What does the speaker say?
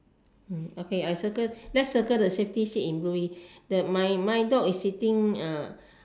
okay I circle let's circle the safety seat in blue the my my dog is sitting uh